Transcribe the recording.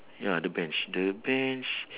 ya the bench the bench